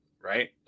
right